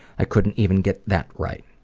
i couldn't even get that right.